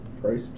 price